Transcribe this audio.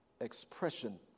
expression